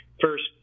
first